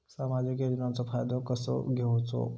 सामाजिक योजनांचो फायदो कसो घेवचो?